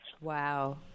Wow